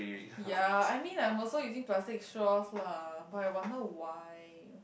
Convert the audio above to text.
ya I mean I'm also using plastic straws lah but I wonder why